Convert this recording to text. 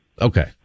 Okay